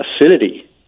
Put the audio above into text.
acidity